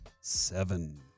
seven